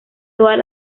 todas